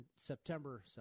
September